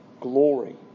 Glory